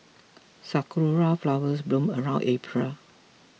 sakura flowers bloom around April